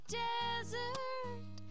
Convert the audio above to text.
desert